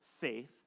faith